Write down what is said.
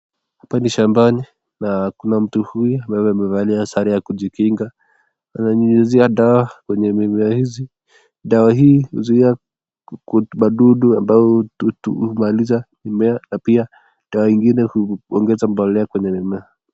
Hapa ni shambani na Kuna Mtu huyu ambaye amevalia sare ya kujikinga ananyunyizia dawa kwenye mimea hizi. Dawa hii huzuia madudu ambao humaliza mimea na pia dawa ingine huongeze mbolea kwenye mimea.